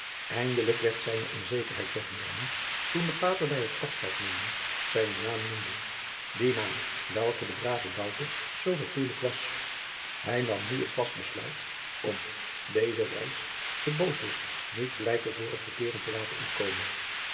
eindelijk werd zijne onzekerheid weggenomen toen de pater bij het afscheid nemen zijnen naam noemde dien naam welke den braven bouke zoo verfoeilijk was hij nam nu het vast besluit om deze reis den booswicht niet gelijk de vorige keeren te laten ontkomen